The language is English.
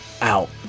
out